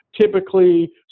typically